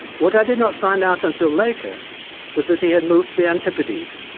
what i did not find out until later was that he had moved to the antipodes,